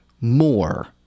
more